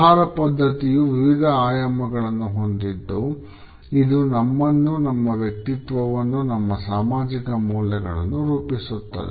ಆಹಾರ ಪದ್ಧತಿಯು ವಿವಿಧ ಆಯಾಮಗಳನ್ನು ಹೊಂದಿದ್ದು ಇದು ನಮ್ಮನ್ನು ನಮ್ಮ ವ್ಯಕ್ತಿತ್ವವನ್ನು ನಮ್ಮ ಸಾಮಾಜಿಕ ಮೌಲ್ಯಗಳನ್ನು ರೂಪಿಸುತ್ತದೆ